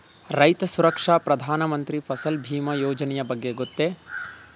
ರೈತ ಸುರಕ್ಷಾ ಪ್ರಧಾನ ಮಂತ್ರಿ ಫಸಲ್ ಭೀಮ ಯೋಜನೆಯ ಬಗ್ಗೆ ಗೊತ್ತೇ?